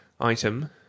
item